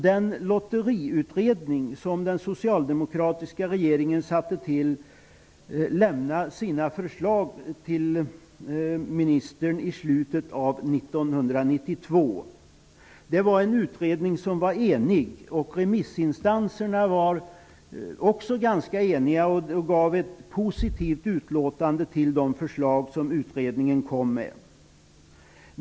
Den lotteriutredning som den socialdemokratiska regeringen tillsatte lämnade sina förslag till ministern i slutet av år 1992. Utredningen var enig, och remissinstanserna var också ganska eniga och gav ett positivt utlåtande över de förslag utredningen kom med.